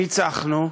ניצחנו.